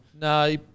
No